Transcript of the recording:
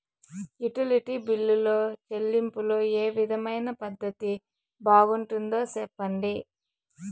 Utility బిల్లులో చెల్లింపులో ఏ విధమైన పద్దతి బాగుంటుందో సెప్పండి?